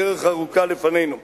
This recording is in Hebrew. דרך ארוכה לפנינו.